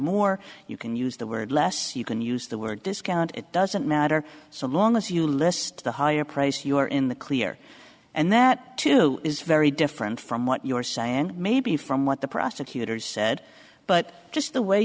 more you can use the word less you can use the word discount it doesn't matter so long as you list the higher price you're in the clear and that too is very different from what you're saying maybe from what the prosecutors said but just the way